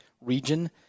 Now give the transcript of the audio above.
region